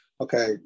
Okay